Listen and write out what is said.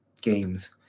games